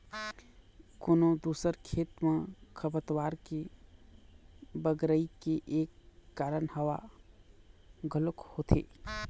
कोनो दूसर खेत म खरपतवार के बगरई के एक कारन हवा घलोक होथे